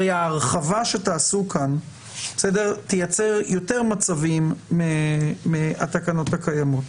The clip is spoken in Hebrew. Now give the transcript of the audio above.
הרי ההרחבה שתעשו כאן תייצר יותר מצבים מהתקנות הקיימות.